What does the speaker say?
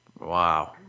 wow